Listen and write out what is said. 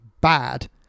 bad